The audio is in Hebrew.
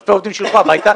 אלפי עובדים שילכו הביתה.